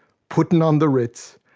puttin' on the ritz,